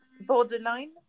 borderline